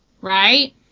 right